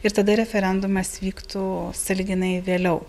ir tada referendumas vyktų sąlyginai vėliau